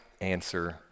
answer